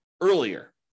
earlier